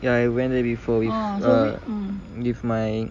ya I went there before with uh with my